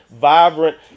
vibrant